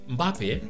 Mbappe